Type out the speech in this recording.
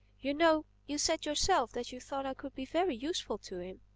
you know you said yourself that you thought i could be very useful to him.